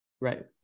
right